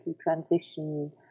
transition